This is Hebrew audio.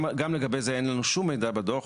גם לגבי זה אין לנו שום מידע בדוח.